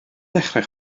dechrau